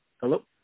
Hello